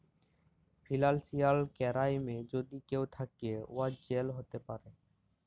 financial কেরাইমে যদি কেউ থ্যাকে, উয়ার জেল হ্যতে পারে